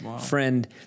Friend